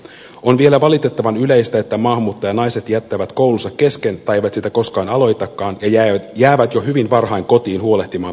on vielä valitettavan yleistä että maahanmuuttajanaiset jättävät koulunsa kesken tai eivät sitä koskaan aloitakaan ja jäävät jo hyvin varhain kotiin huolehtimaan perheestä